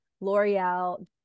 L'Oreal